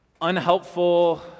Unhelpful